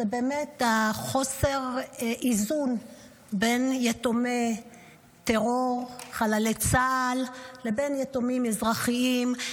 זה באמת חוסר האיזון בין יתומי טרור וחללי צה"ל לבין יתומים אזרחיים,